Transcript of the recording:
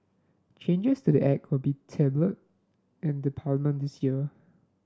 changes to the Act will be tabled in the Parliament this year